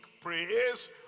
praise